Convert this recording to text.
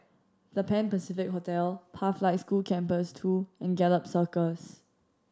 The Pan Pacific Hotel Pathlight School Campus Two and Gallop Circus